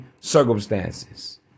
circumstances